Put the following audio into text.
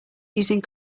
using